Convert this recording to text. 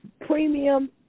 Premium